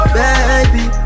baby